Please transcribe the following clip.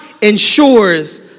ensures